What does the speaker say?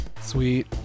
Sweet